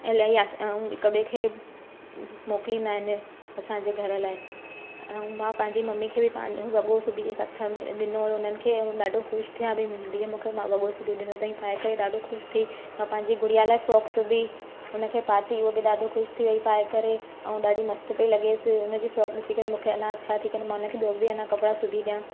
इलाही असां उहो हिक ॿिए खे मोकिलींदा आहिनि असांजे घर लाइ ऐं मां पंहिंजी ममी खे बि पाणि वॻो सिॿी ई हथ में ॾिनो हुओ हुननि खे ऐं ॾाढो ख़ुशि थिया ॿई मुंहिंजी धीअ मूंखे मां वॻो सिॿी ॾिनो अथई पाए करे ॾाढो ख़ुशि थी मां पंहिंजी गुड़िया लाइ फ्रोक सिबी हुनखे पाती उहो बि ख़ुशि थी वेई पाए करे ऐं ॾाढी मस्तु पेई लॻेसि हुनजी फ्रोक ॾिसी करे मूंखे अञा इच्छा थी करे मां हुनखे ॿियो बि अञा कपिड़ा सिबी ॾिया